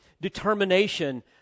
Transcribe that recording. determination